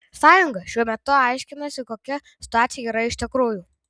sąjunga šiuo metu aiškinasi kokia situacija yra iš tikrųjų